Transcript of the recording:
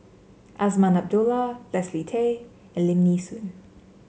Azman Abdullah Leslie Tay and Lim Nee Soon